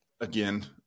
again